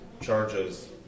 charges